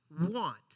want